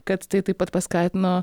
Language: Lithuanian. kad tai taip pat paskatino